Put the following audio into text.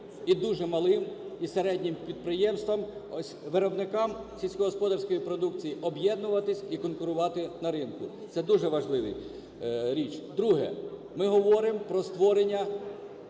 і дуже малим, і середнім підприємствам, виробникам сільськогосподарської продукції об'єднуватися і конкурувати на ринку. Це дуже важлива річ. Друге. Ми говоримо про створення